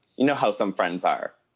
you know how some friends are.